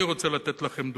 אני רוצה לתת לכם דוגמה.